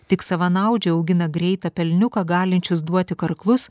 tik savanaudžiai augina greitą pelniuką galinčius duoti karklus